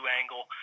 angle